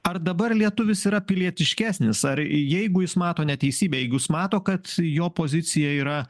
ar dabar lietuvis yra pilietiškesnis ar jeigu jis mato neteisybę jeigu jis mato kad jo pozicija yra